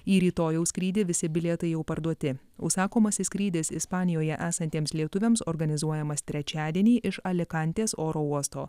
į rytojaus skrydį visi bilietai jau parduoti užsakomasis skrydis ispanijoje esantiems lietuviams organizuojamas trečiadienį iš alikantės oro uosto